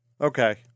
Okay